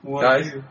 Guys